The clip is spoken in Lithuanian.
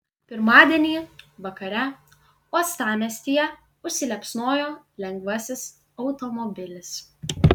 pirmadienį vakare uostamiestyje užsiliepsnojo lengvasis automobilis